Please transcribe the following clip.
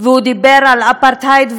והוא דיבר על אפרטהייד.